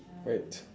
wait